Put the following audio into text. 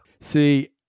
See